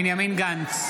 בנימין גנץ,